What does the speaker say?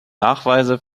nachweise